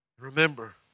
Remember